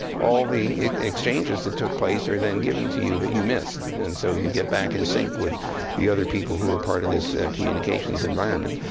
all the exchanges that took place are then given to you that you and so you get back in sync with the other people who are part of this communications environment.